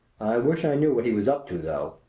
wish i knew what he was up to, though.